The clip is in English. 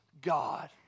God